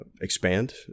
expand